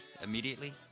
immediately